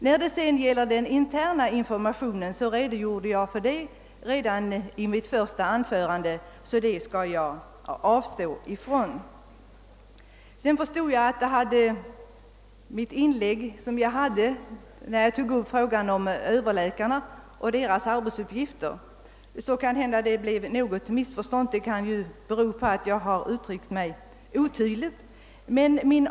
Vad sedan beträffar den interna informationen redogjorde jag för den i mitt första anförande, och jag skall avstå från att upprepa vad jag då sade. Mitt inlägg beträffande överläkarna och deras arbetsuppgifter blev kanske något missförstått, vilket kan ha berott på att jag uttryckt mig oklart.